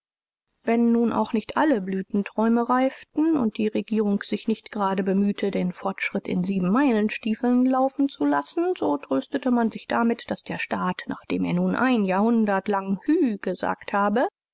wenn nun auch nicht alle blütenträume reiften u die regierung sich nicht gerade bemühte den fortschritt in siebenmeilenstiefeln laufen zu lassen so tröstete man sich damit daß der staat nach dem er nun ein jahrhundert lang hüh gesagt habe